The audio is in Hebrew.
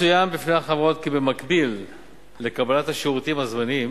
צוין בפני החברות כי במקביל לקבלת השירותים הזמניים